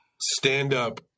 stand-up